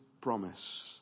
promise